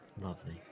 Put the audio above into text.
Lovely